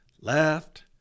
left